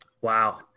Wow